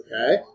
Okay